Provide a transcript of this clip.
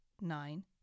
nine